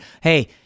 hey